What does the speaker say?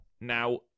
Now